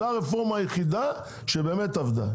זו הרפורמה היחידה שבאמת עבדה.